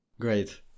Great